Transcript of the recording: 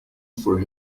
for